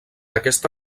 aquesta